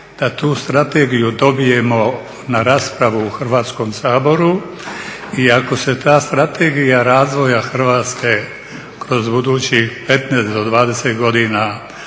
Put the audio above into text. da tu strategiju dobijemo na raspravu u Hrvatskom saboru. i ako se ta strategija razvoja Hrvatske kroz budućih 15 do 20 godina